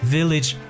Village